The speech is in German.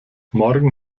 morgen